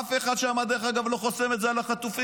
אף אחד שם לא חוסם את זה על החטופים,